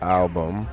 album